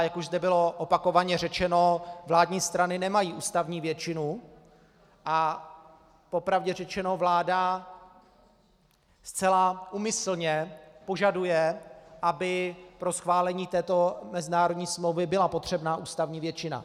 Jak už zde bylo opakovaně řečeno, vládní strany nemají ústavní většinu, a po pravdě řečeno, vláda zcela úmyslně požaduje, aby pro schválení této mezinárodní smlouvy byla potřebná ústavní většina.